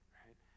right